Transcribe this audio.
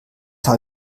habe